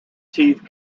teeth